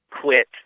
quit